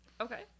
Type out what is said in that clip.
Okay